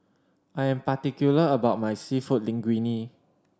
I am particular about my Seafood Linguine